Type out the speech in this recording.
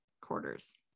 quarters